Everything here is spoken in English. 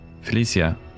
Felicia